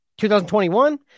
2021